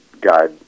guide